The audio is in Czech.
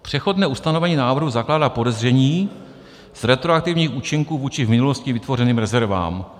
Přechodné ustanovení návrhu zakládá podezření z retroaktivních účinků vůči v minulosti vytvořeným rezervám.